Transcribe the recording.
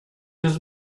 his